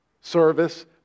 service